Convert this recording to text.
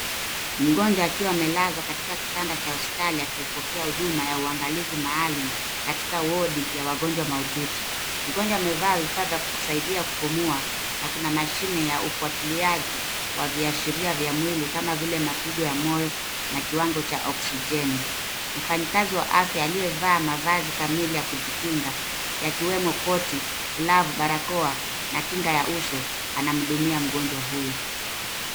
Mgonjwa akiwa amelazwa katika kitanda cha hospitali akiupokea huduma ya uangalizi maalum katika wodi ya wagonjwa mahututi. Mgonjwa amevaa vifaa vya kusaidia kupumua na kuna mashine ya ufuatiliaji wa viashiria vya mwili kama vile mapigo ya moyo na kiwango cha oksijeni. Mfanyakazi wa afya aliyevaa mavazi kamili ya kujikinga yakiwemo koti, glovu, barakoa na kinga ya uso anamhudumia mgonjwa huyu.